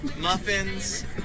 muffins